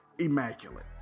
Immaculate